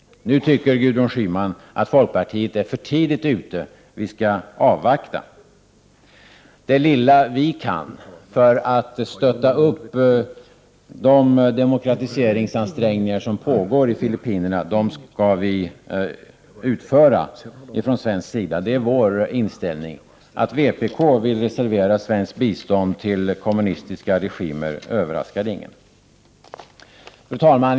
Nu tycker Gudrun Schyman att folkpartiet är för tidigt ute, vi skall avvakta. Det lilla vi kan göra för att stötta de demokratiseringsansträngningar som pågår i Filippinerna skall vi utföra från svensk sida. Det är vår inställning. Att vpk vill reservera svenskt bistånd för kommunistiska regimer överraskar ingen. Fru talman!